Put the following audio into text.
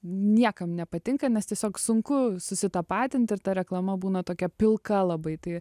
niekam nepatinka nes tiesiog sunku susitapatint ir ta reklama būna tokia pilka labai tai